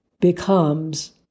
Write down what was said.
Becomes